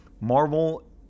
Marvel